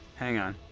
hang on